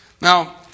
Now